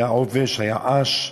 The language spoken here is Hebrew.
היה עובש, עש,